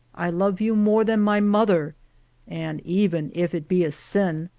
i love you more than my mother and even if it be a sin,